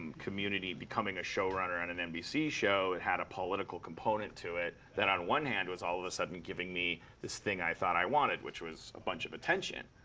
community becoming a showrunner on an nbc show had a political component to it that, on one hand, was all of a sudden giving me this thing i thought i wanted which was a bunch of attention.